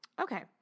Okay